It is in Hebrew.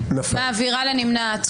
את מפריעה למהלך ההצבעה.